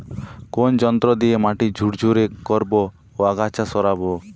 কোন যন্ত্র দিয়ে মাটি ঝুরঝুরে করব ও আগাছা সরাবো?